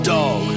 Dog